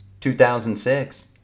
2006